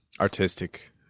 Artistic